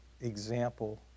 example